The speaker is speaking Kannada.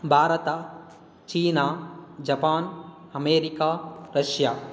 Bharat China Japan America Russia